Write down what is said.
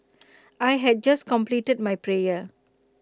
I had just completed my prayer